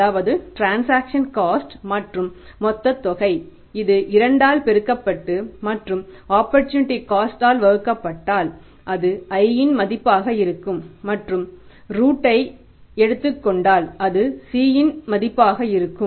அதாவது transaction cost இன் கீழ் எடுத்துக் கொண்டால் அது C இன் மதிப்பாக இருக்கும்